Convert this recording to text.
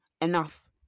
enough